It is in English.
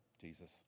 Jesus